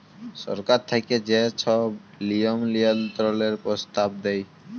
সরকার থ্যাইকে যে ছব লিয়ম লিয়ল্ত্রলের পরস্তাব দেয়